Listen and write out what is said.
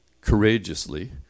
courageously